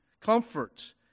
comfort